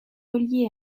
relié